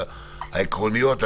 העקרוניות,